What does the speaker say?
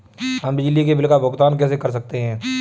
हम बिजली के बिल का भुगतान कैसे कर सकते हैं?